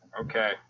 Okay